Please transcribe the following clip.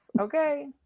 Okay